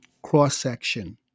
cross-section